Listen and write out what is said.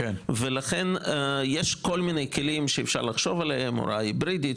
יש כל מיני כלים שאפשר לחשוב עליהם הוראה היברידית,